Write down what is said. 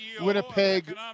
Winnipeg